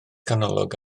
canolog